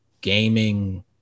gaming